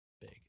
big